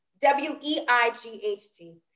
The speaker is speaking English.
W-E-I-G-H-T